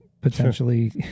potentially